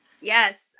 Yes